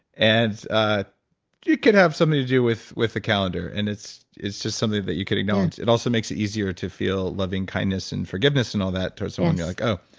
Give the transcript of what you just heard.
and ah can have something to do with with the calendar. and it's it's just something that you can acknowledge. it also makes it easier to feel loving-kindness and forgiveness and all that towards someone. you're like, oh,